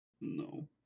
No